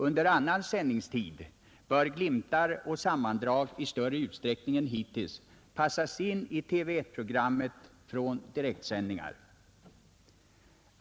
Under annan sändningstid bör glimtar och sammandrag i större utsträckning än hittills passas in i TV 1-programmet från direktsändningar.